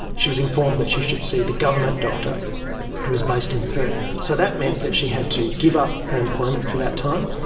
she was informed that she should see the government doctor who was based in perth. so that meant that she had to give up her employment for that time,